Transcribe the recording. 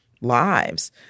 lives